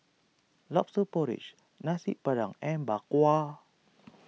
Lobster Porridge Nasi Padang and Bak Kwa